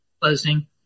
closing